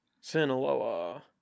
sinaloa